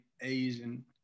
Asian